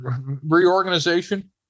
reorganization